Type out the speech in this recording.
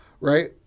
Right